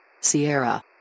Sierra